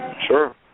Sure